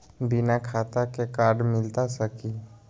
बिना खाता के कार्ड मिलता सकी?